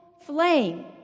flame